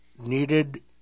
needed